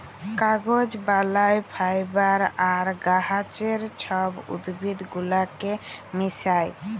কাগজ বালায় ফাইবার আর গাহাচের ছব উদ্ভিদ গুলাকে মিশাঁয়